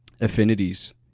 affinities